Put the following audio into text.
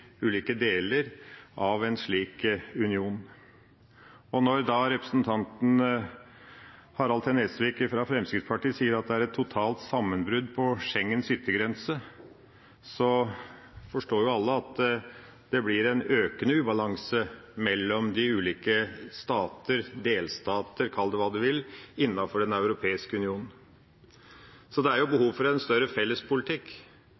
ulike deler av en slik union. Når representanten Harald T. Nesvik fra Fremskrittspartiet sier at det er et totalt sammenbrudd på Schengens yttergrense, forstår jo alle at det blir en økende ubalanse mellom de ulike stater, delstater – kall det hva du vil – innenfor Den europeiske union. Så det er jo behov for en større